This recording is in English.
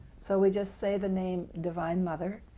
so we just say the name divine mother,